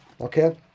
okay